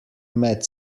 met